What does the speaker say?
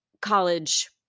college